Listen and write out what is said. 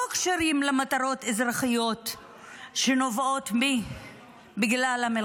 לא קשורות למטרות אזרחיות שנובעות מהמלחמה.